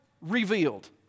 revealed